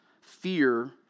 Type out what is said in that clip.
fear